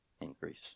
increase